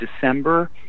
December